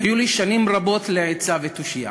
היו לי שנים רבות לעצה ותושייה.